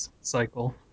cycle